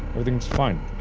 everything's fine.